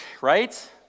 right